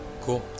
Cool